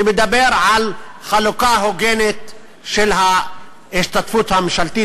שמדבר על חלוקה הוגנת של ההשתתפות הממשלתית,